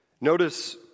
Notice